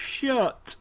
Shut